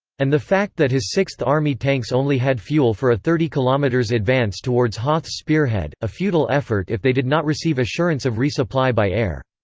and the fact that his sixth army tanks only had fuel for a thirty km um advance towards hoth's spearhead, a futile effort if they did not receive assurance of resupply by air.